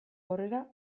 aurrera